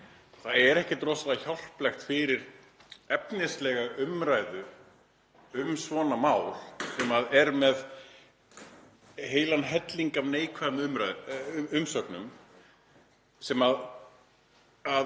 Það er ekkert rosalega hjálplegt fyrir efnislega umræðu um svona mál, sem eru með heilan helling af neikvæðum umsögnum sem að